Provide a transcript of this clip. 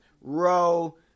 Row